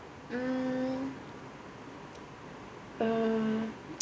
mm uh